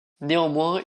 néanmoins